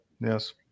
yes